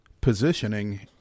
positioning